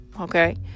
Okay